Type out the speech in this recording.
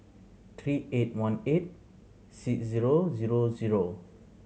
three eight one eight six zero zero zero